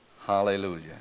Hallelujah